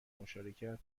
مشارکت